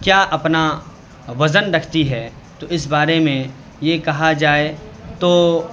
کیا اپنا وزن رکھتی ہے تو اس بارے میں یہ کہا جائے تو